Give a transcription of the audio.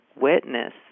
witness